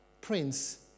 Prince